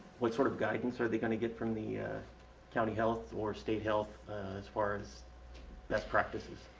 what sort of guidance are they gonna get from the county health or state health as far as best practices?